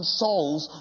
souls